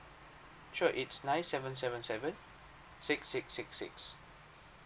sure it's nine seven seven seven six six six six